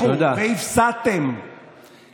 אדוני היושב-ראש, אני חייב להוכיח שאני ממלכתי.